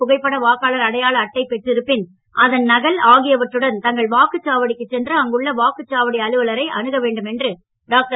புகைப்பட வாக்காளர் அடையாள அட்டை பெற்று இருப்பின் அதன் நகல் ஆகியவற்றுடன் தங்கள் வாக்குச்சாவடிக்கு சென்று அங்குள்ள வாக்குச்சாவடி அலுவலரை அனுக வேண்டும் என்று டாக்டர்